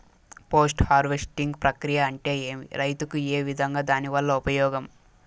Post harvesting ప్రక్రియ అంటే ఏమి? రైతుకు ఏ విధంగా దాని వల్ల ఉపయోగం?